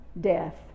death